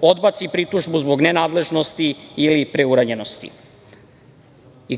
odbaci pritužbu zbog nenadležnosti ili preuranjenosti.